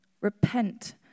repent